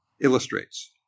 illustrates